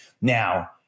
Now